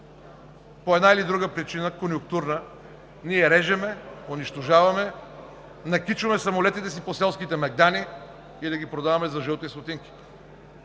по една или друга конюнктурна причина ние режем, унищожаваме, накичваме самолетите си по селските мегдани или ги продаваме за жълти стотинки.